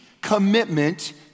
commitment